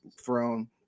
throne